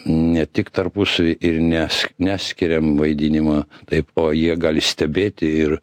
ne tik tarpusavy ir nes neskiriam vaidinimą taip o jie gali stebėti ir